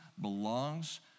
belongs